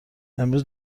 امروز